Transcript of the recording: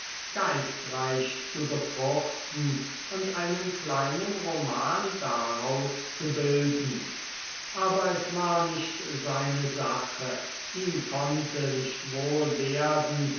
geistreich zu befruchten und einen kleinen roman daraus zu bilden aber es war nicht seine sache ihm konnte nicht wohl werden